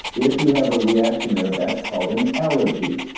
if you have a reaction there, that's called an allergy,